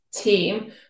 team